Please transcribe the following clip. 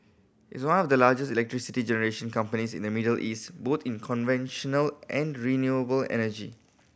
it's one of the largest electricity generation companies in the Middle East both in conventional and renewable energy